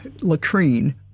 latrine